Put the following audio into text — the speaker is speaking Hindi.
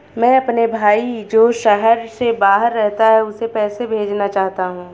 मैं अपने भाई जो शहर से बाहर रहता है, उसे पैसे भेजना चाहता हूँ